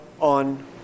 on